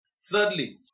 Thirdly